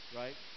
right